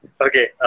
Okay